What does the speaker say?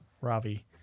Ravi